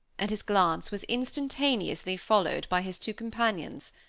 and his glance was instantaneously followed by his two companions.